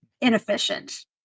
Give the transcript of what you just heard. inefficient